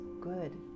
good